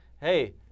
hey